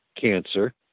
cancer